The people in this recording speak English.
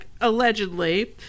allegedly